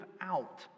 out